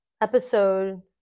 episode